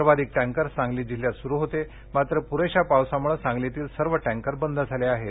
सर्वाधिक टँकर सांगली जिल्ह्यात सुरु होते मात्र पुरेशा पावसामुळं सांगलीतील सर्व टँकर बंद झाले आहेत